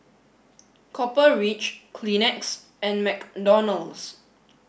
Copper Ridge Kleenex and McDonald's